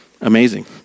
amazing